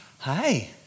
Hi